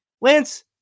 Lance